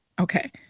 Okay